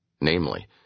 namely